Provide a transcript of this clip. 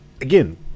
Again